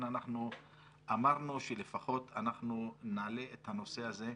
אנחנו אמרנו שלפחות אנחנו נעלה את הנושא הזה,